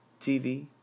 TV